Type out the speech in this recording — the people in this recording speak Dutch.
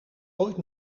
ooit